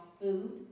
food